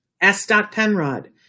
s.penrod